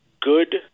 good